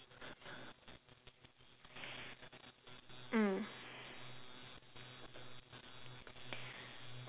mm